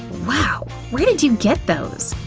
wow! where did you get those?